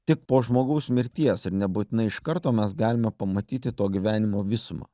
tik po žmogaus mirties ir nebūtinai iš karto mes galime pamatyti to gyvenimo visumą